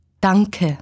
Danke